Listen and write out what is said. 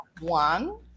One